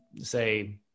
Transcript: say